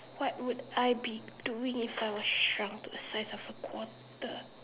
what would I be doing if I were shrunk to the size of a quarter